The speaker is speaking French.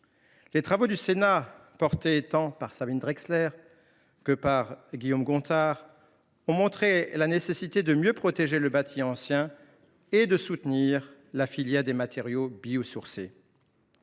Les travaux menés tant par Sabine Drexler que par Guillaume Gontard ont montré la nécessité de mieux protéger le bâti ancien et de soutenir la filière des matériaux biosourcés.